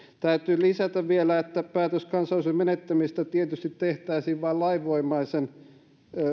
täytyy lisätä vielä että päätös kansalaisuuden menettämisestä tietysti tehtäisiin vain lainvoimaisen